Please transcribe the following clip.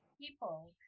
people